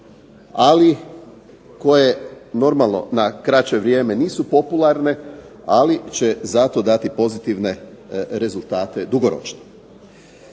ali koje normalno na kraće vrijeme nisu popularne, ali će zato dati pozitivne rezultate dugoročno.